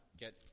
get